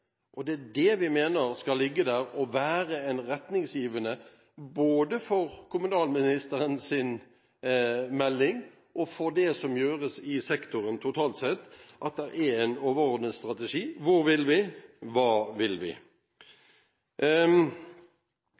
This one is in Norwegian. og være retningsgivende for både kommunalministerens melding og for det som gjøres i sektoren totalt sett, at det er en overordnet strategi: Hvor vil vi, hva vil vi?